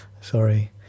Sorry